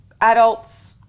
adults